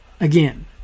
Again